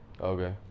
Okay